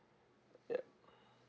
yup